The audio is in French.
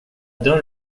dun